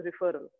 referral